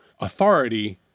authority